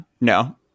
No